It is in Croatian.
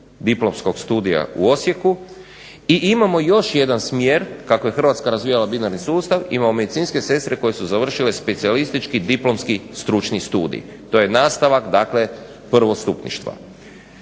diplomskog studija u Osijeku, i imamo još jedan smjer, kako je Hrvatska razvijala binarni sustav, imamo medicinske sestre koje su završile specijalistički diplomski stručni studij. To je nastavak dakle prvostupništva.